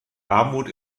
armut